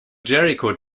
jericho